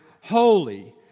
holy